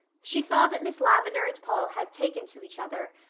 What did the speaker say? she saw that miss lavendar and paul had taken to each other,